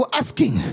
asking